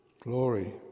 glory